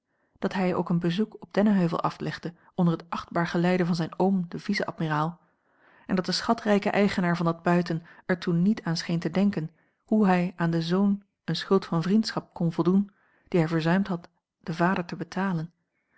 dat hij ook een bezoek op dennenheuvel aflegde onder het achtbaar geleide van zijn oom den vice-admiraal en dat de schatrijke eigenaar van dat buiten er toen niet aan scheen te denken hoe hij aan den zoon eene schuld van vriendschap kon voldoen die hij verzuimd had den vader te betalen